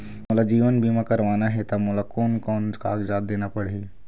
मोला जीवन बीमा करवाना हे ता मोला कोन कोन कागजात देना पड़ही?